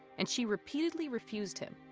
and she repeatedly refused him.